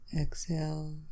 exhale